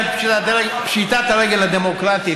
גם את פשיטת הרגל הדמוקרטית,